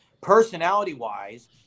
personality-wise